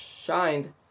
shined